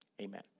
Amen